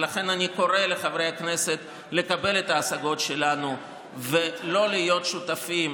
ולכן אני קורא לחברי הכנסת לקבל את ההשגות שלנו ולא להיות שותפים